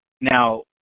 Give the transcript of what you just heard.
Now